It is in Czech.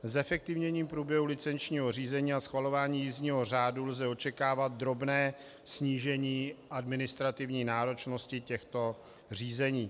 Zefektivněním průběhu licenčního řízení a schvalování jízdního řádu lze očekávat drobné snížení administrativní náročnosti těchto řízení.